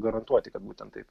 garantuoti kad būtent taip